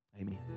amen